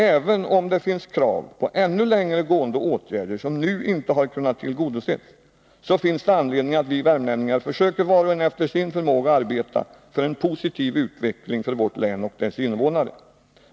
Även om det finns krav på ännu längre gående åtgärder, som nu inte har kunnat tillgodoses, finns det anledning att vi värmlänningar försöker att, var och en efter sin förmåga, arbeta för en positiv utveckling för vårt län och dess invånare.